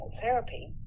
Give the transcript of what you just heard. therapy